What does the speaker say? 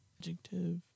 Adjective